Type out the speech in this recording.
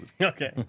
Okay